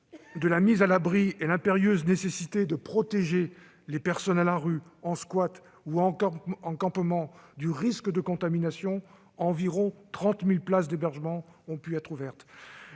de la mise à l'abri et l'impérieuse nécessité de protéger les personnes à la rue, vivant dans des squats ou des campements, du risque de contamination, environ 30 000 places d'hébergement ont pu être ouvertes.